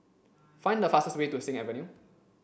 find the fastest way to Sing Avenue